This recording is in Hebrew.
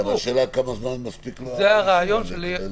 השאלה כמה זמן מספיק לו הרישוי הזה.